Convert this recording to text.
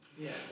Yes